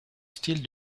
style